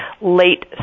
late